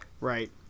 right